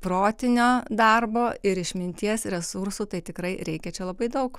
protinio darbo ir išminties resursų tai tikrai reikia čia labai daug